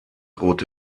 rote